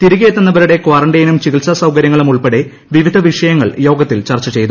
തിരികെ എത്തുന്നവരുടെ കാറൻറൈനും ചികിത്സാ സൌകര്യങ്ങളും ഉൾപ്പെടെ വിവിധ വിഷയങ്ങൾ യോഗത്തിൽ ചർച്ച ചെയ്തു